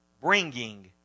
bringing